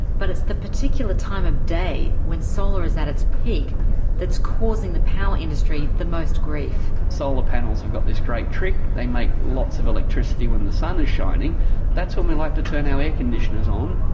but it's the particular time of day when solar is at its peak that's causing the power industry the most grief. solar panels have got this great trick, they make lots of electricity when the sun is shining, and that's when we like to turn our air-conditioners um